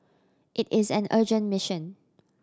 it is an urgent mission